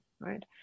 right